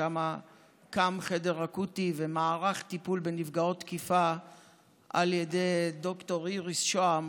שם הוקם חדר אקוטי ומערך טיפול בנפגעות תקיפה על ידי ד"ר איריס שהם,